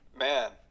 Man